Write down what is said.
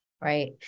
Right